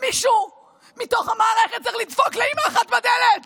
ומישהו מתוך המערכת צריך לדפוק לאימא אחת בדלת